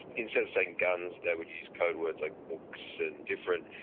instead of saying guns they would use codewords like books and different,